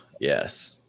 yes